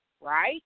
Right